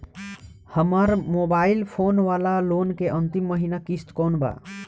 हमार mobile phone वाला loan के अंतिम महिना किश्त कौन बा?